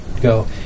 go